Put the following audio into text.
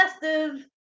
festive